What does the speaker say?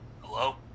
Hello